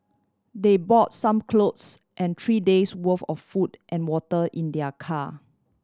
they bought some clothes and three days' worth of food and water in their car